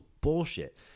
bullshit